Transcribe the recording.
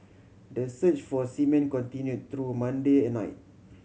the search for seamen continue through Monday at night